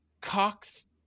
Cox